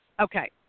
Okay